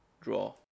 draw